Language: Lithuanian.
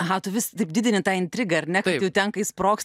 aha tu vis taip didini tą intrigą ar ne kad jau ten kai sprogs